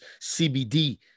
CBD